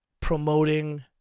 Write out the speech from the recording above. promoting